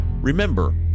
Remember